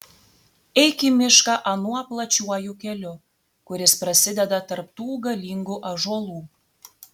eik į mišką anuo plačiuoju keliu kuris prasideda tarp tų galingų ąžuolų